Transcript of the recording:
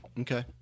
Okay